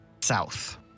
south